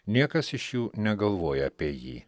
niekas iš jų negalvoja apie jį